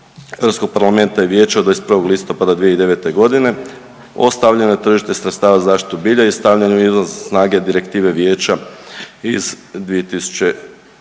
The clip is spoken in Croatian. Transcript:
Europskog parlamenta i vijeća od 21. listopada 2009. godine o stavljanju na tržište sredstava za zaštitu bilja i stavljanju izvan snage Direktive vijeća iz 2017.